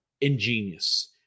ingenious